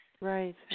Right